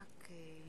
יש אלף דרכים